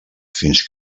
fins